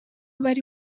bari